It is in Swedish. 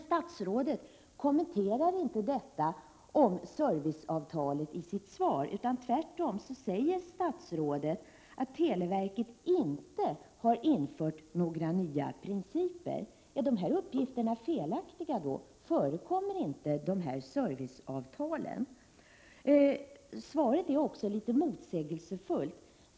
Statsrådet kommenterar inte serviceavtalet i sitt svar, utan tvärtom säger han att televerket inte har infört några nya principer. Är de uppgifter som jag har fått felaktiga? Förekommer inte dessa serviceavtal? Svaret är också litet motsägelsefullt.